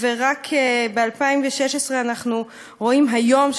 וב-2016 אנחנו רואים היום,